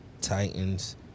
Titans